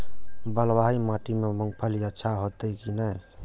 बलवाही माटी में मूंगफली अच्छा होते की ने?